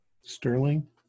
Sterling